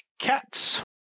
cats